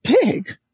big